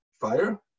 fire